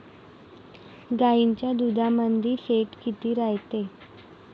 गाईच्या दुधामंदी फॅट किती रायते?